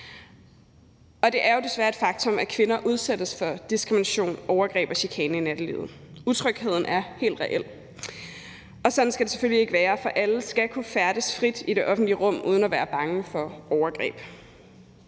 Det er jo desværre et faktum, at kvinder udsættes for diskrimination, overgreb og chikane i nattelivet. Utrygheden er helt reel. Og sådan skal det selvfølgelig ikke være, for alle skal kunne færdes frit i det offentlige rum uden at være bange for overgreb.